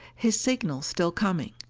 his signals still coming.